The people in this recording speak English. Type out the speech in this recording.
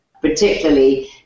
particularly